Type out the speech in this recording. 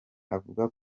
avuga